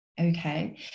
Okay